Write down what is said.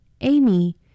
Amy